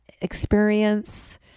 experience